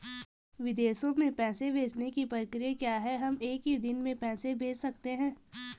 विदेशों में पैसे भेजने की प्रक्रिया क्या है हम एक ही दिन में पैसे भेज सकते हैं?